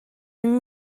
yng